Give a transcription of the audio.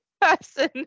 person